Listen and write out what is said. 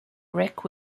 wreck